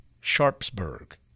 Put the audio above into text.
Sharpsburg